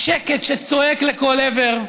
השקט שצועק לכל עבר,